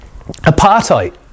Apartheid